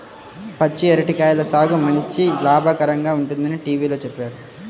పచ్చి అరటి కాయల సాగు మంచి లాభకరంగా ఉంటుందని టీవీలో చెప్పారు